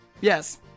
Yes